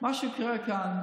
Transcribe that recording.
מה שקורה כאן,